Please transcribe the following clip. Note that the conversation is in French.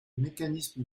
mécanisme